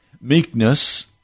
Meekness